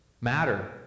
matter